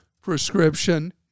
prescription